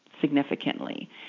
significantly